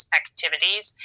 activities